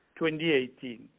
2018